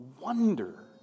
Wonder